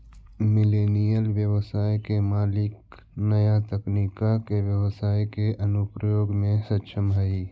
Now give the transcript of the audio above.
millennial व्यवसाय के मालिक नया तकनीका के व्यवसाई के अनुप्रयोग में सक्षम हई